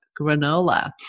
Granola